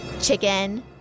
chicken